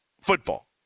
football